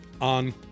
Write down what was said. on